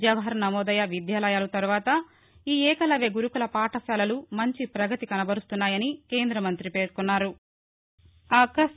జవహర్ నవోదయ విద్యాలయాలు తరువాత ఈ ఏకలవ్య గురుకుల పాఠశాలలు మంచి ప్రగతి కనబరుస్తున్నాయని తెలిపారు